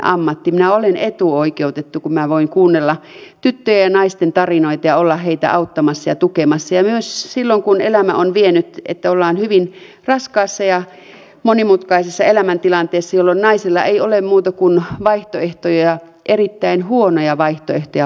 minä olen etuoikeutettu kun minä voin kuunnella tyttöjen ja naisten tarinoita ja olla heitä auttamassa ja tukemassa myös silloin kun elämä on vienyt niin että ollaan hyvin raskaassa ja monimutkaisessa elämäntilanteessa jolloin naisella ei ole muita kuin erittäin huonoja vaihtoehtoja valittavana